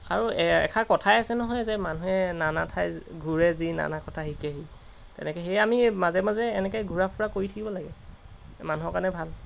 আৰু এষাৰ কথাই আছে নহয় যে মানুহে নানা ঠাই ঘূৰে যি নানা কথা শিকে সি তেনেকৈ সেয়ে আমি মাজে মাজে এনেকৈ ঘূৰা ফুৰা কৰি থাকিব লাগে মানুহৰ কাৰণে ভাল